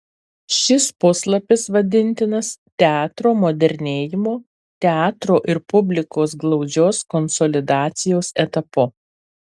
šis puslapis vadintinas teatro modernėjimo teatro ir publikos glaudžios konsolidacijos etapu